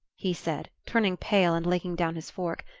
he said, turning pale and laying down his fork,